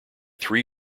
three